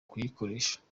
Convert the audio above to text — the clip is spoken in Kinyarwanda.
kuyikoresha